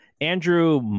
Andrew